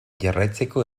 jarraitzeko